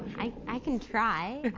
i i can try.